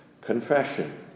confession